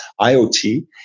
IoT